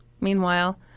Meanwhile